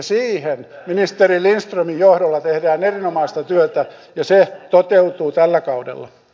siinä ministeri lindströmin johdolla tehdään erinomaista työtä ja se toteutuu tällä kaudella